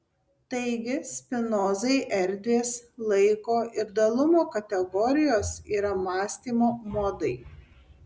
taigi spinozai erdvės laiko ir dalumo kategorijos yra mąstymo modai